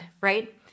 right